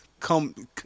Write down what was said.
Come